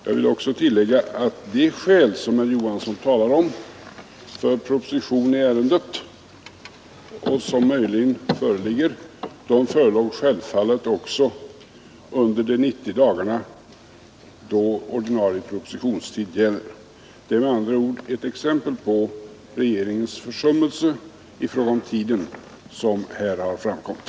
Jag vill tillägga att de skäl som herr Johansson talar om för proposition i ärendet, och som möjligen föreligger, förelåg självfallet också under de 90 dagar då ordinarie propositionstid gäller. Det är med andra ord ett exempel på regeringens försummelse i fråga om tiden som här har framkommit.